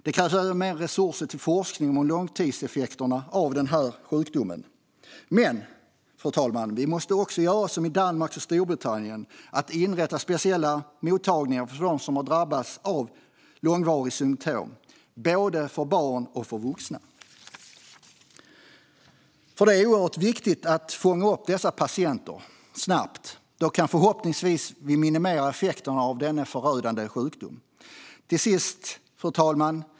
Det krävs även mer resurser till forskning om långtidseffekterna av sjukdomen. Men, fru talman, vi måste också göra som i Danmark och Storbritannien: inrätta speciella mottagningar för dem - både barn och vuxna - som har drabbats av långvariga symtom. Det är oerhört viktigt att snabbt fånga upp dessa patienter. Då kan vi förhoppningsvis minimera effekterna av denna förödande sjukdom. Fru talman!